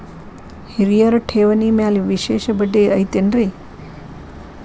ಹಿರಿಯರ ಠೇವಣಿ ಮ್ಯಾಲೆ ವಿಶೇಷ ಬಡ್ಡಿ ಐತೇನ್ರಿ?